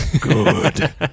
good